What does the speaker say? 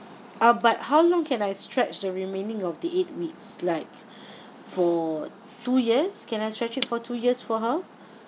ah but how long can I stretch the remaining of the eight weeks like for two years can I stretch it for two years for her